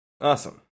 Awesome